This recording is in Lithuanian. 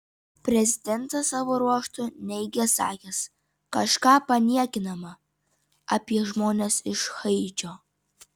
prezidentas savo ruožtu neigė sakęs kažką paniekinama apie žmones iš haičio